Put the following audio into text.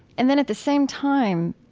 and then at the same time,